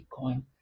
Bitcoin